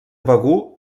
begur